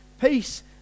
peace